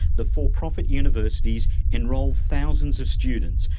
the for-profit universities enrolled thousands of students,